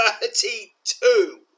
Thirty-two